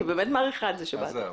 אני באמת מעריכה את זה שבאת.